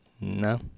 No